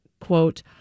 quote